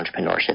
entrepreneurship